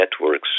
networks